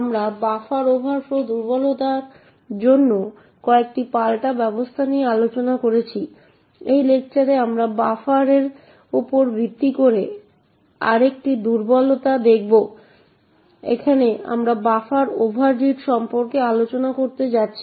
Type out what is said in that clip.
এই ডিরেক্টরিতে আপনার ফর্ম্যাট স্ট্রিং দুর্বলতা সম্পর্কিত সমস্ত কোড রয়েছে